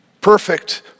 perfect